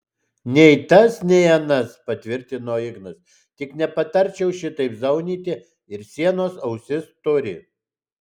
nei tas nei anas patvirtino ignas tik nepatarčiau šitaip zaunyti ir sienos ausis turi